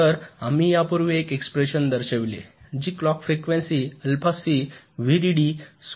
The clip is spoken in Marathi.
तर आम्ही यापूर्वी एक एक्स्प्रेशन दर्शविले G clock frequency alpha C VDD स्क्वेअरसारखे दिसते